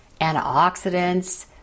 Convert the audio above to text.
antioxidants